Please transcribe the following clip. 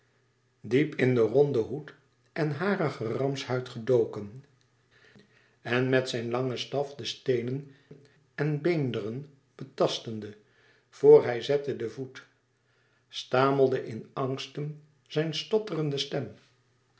diep in ronden hoed en harigen ramshuid gedoken en met zijn langen staf de steenen en beenderen betastende vor hij zette den voet stamelde in angsten zijn stotterende stem